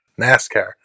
NASCAR